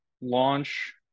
launch